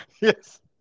Yes